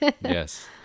Yes